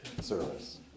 service